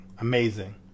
amazing